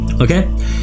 Okay